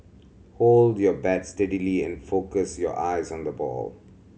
hold your bat steadily and focus your eyes on the ball